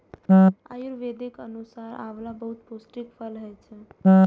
आयुर्वेदक अनुसार आंवला बहुत पौष्टिक फल होइ छै